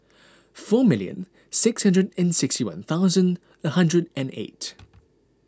four million six hundred and sixty one thousand a hundred and eight